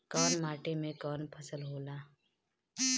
कवन माटी में कवन फसल हो ला?